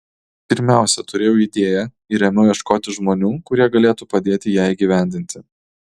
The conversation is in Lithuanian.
pirmiausia turėjau idėją ir ėmiau ieškoti žmonių kurie galėtų padėti ją įgyvendinti